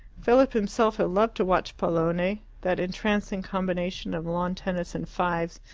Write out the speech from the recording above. philip himself had loved to watch pallone, that entrancing combination of lawn-tennis and fives.